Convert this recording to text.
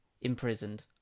imprisoned